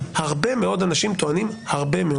הרבה מאוד אנשים טוענים הרבה מאוד דברים.